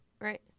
Right